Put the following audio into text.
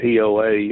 POA